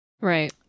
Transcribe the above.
Right